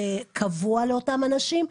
קבוע לאותם אנשים?